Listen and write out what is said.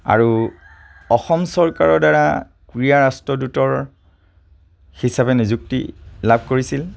আৰু অসম চৰকাৰৰ দ্বাৰা ক্ৰীড়া ৰাষ্ট্ৰদূত হিচাপে নিযুক্তি লাভ কৰিছিল